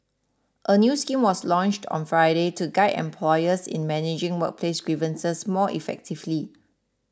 a new scheme was launched on Friday to guide employers in managing workplace grievances more effectively